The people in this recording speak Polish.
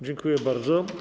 Dziękuję bardzo.